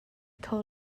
kho